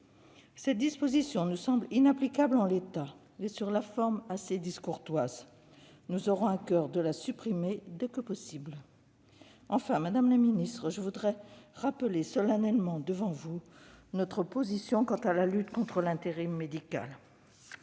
Cette disposition nous semble inapplicable en l'état et, sur la forme, assez discourtoise. Nous aurons à coeur de la supprimer dès que possible. Enfin, madame la ministre, je veux rappeler solennellement devant vous notre position au sujet de la lutte contre l'intérim médical.